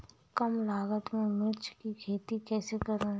कम लागत में मिर्च की खेती कैसे करूँ?